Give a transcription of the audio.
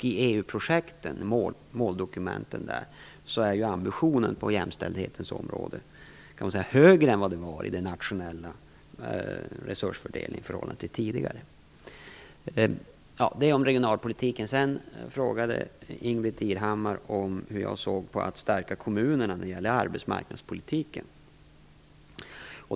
I EU-projektens måldokument är ambitionen på jämställdhetsområdet högre än vad den tidigare var i den nationella resursfördelningen. Sedan frågade Ingbritt Irhammar hur jag ser på möjligheterna att stärka kommunerna när det gäller arbetsmarknadspolitiken.